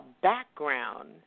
background